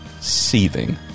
seething